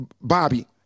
Bobby